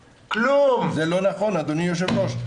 זה לא נכון, אדוני היושב-ראש.